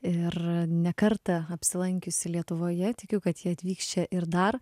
ir ne kartą apsilankiusi lietuvoje tikiu kad jie atvyks čia ir dar